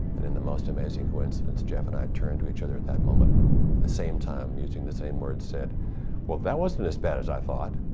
and in the most amazing coincidence, jeff and i turned to each other at that moment, in the same time, using the same words, said well that wasn't as bad as i thought.